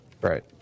Right